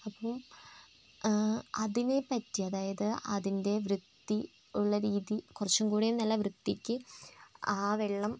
അപ്പോം അതിനെപ്പറ്റി അതായത് അതിൻ്റെ വൃത്തി ഉള്ള രീതി കുറച്ചും കൂടെ നല്ല വൃത്തിക്ക് ആ വെള്ളം